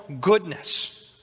goodness